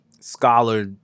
scholar